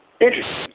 interesting